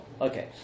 okay